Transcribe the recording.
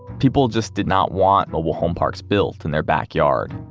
people just did not want mobile home parks built in their backyard.